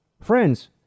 Friends